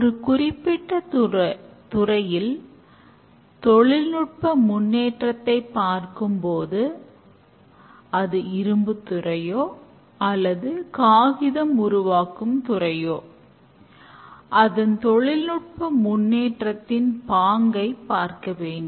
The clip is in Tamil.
ஒரு குறிப்பிட்ட துறையில் தொழில்நுட்ப முன்னேற்றத்தை பார்க்கும்போது அது இரும்புத் துறையோ அல்லது காகிதம் உருவாக்கும் துறையோ அதன் தொழில்நுட்ப முன்னேற்றத்தின் பாங்கை பார்க்க வேண்டும்